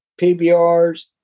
PBRs